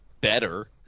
better